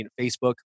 Facebook